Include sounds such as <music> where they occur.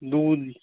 <unintelligible>